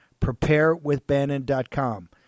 Preparewithbannon.com